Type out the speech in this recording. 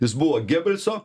jis buvo gebelso